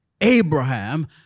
Abraham